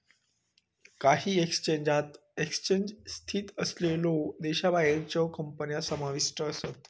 काही एक्सचेंजात एक्सचेंज स्थित असलेल्यो देशाबाहेरच्यो कंपन्या समाविष्ट आसत